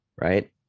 Right